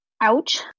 Ouch